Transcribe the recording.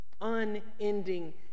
unending